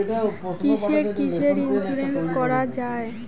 কিসের কিসের ইন্সুরেন্স করা যায়?